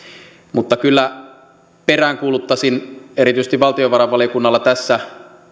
mutta kyllä peräänkuuluttaisin erityisesti valtiovarainvaliokunnalta tässä